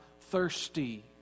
thirsty